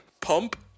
Pump